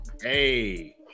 hey